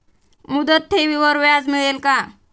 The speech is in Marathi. मुदत ठेवीवर व्याज मिळेल का?